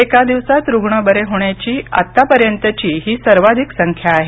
एका दिवसात रुग्ण बरे होण्याची हा आतापर्यंतची सर्वाधित संख्या आहे